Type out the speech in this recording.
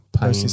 pain